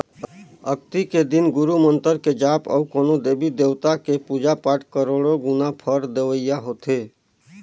अक्ती के दिन गुरू मंतर के जाप अउ कोनो देवी देवता के पुजा पाठ करोड़ो गुना फर देवइया होथे